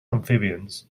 amphibians